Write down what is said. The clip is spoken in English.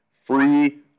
Free